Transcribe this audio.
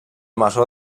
masó